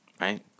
Right